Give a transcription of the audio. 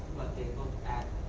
they look at